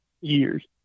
years